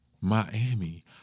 Miami